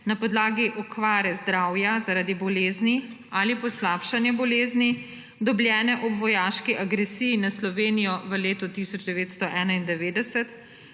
na podlagi okvare zdravja zaradi bolezni ali poslabšanja bolezni, dobljene ob vojaški regresiji na Slovenijo v letu 1991,